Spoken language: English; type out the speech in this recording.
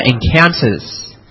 encounters